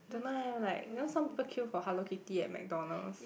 don't know eh like you know some people queue for hello kitty and McDonalds